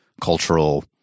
cultural